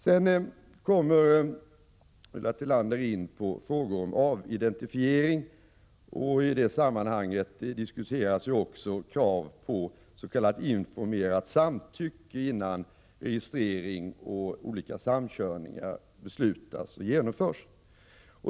Sedan kommer Ulla Tillander in på frågor om avidentifiering, och i detta sammanhang tar hon upp krav på s.k. informerat samtycke innan registrering och olika samkörningar beslutas och genomförs.